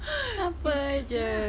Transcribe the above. apa jer